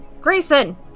Grayson